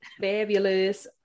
Fabulous